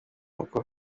uko